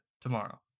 tomorrow